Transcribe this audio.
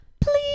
please